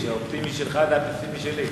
האופטימי שלך זה הפסימי שלי.